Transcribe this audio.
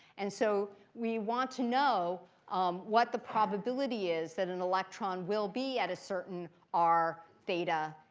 and so we want to know um what the probability is that an electron will be at a certain r, theta,